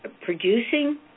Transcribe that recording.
producing